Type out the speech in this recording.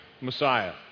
Messiah